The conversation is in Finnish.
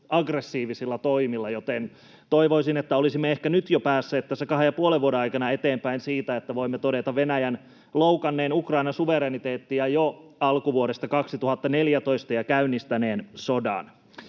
aggressiivisina toimina. Toivoisin, että olisimme ehkä nyt jo päässeet tässä kahden ja puolen vuoden aikana eteenpäin siitä, että voimme todeta Venäjän loukanneen Ukrainan suvereniteettia jo alkuvuodesta 2014 ja käynnistäneen sodan.